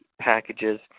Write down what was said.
packages